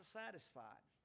satisfied